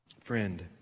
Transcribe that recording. friend